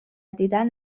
دیدن